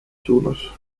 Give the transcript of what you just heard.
suunas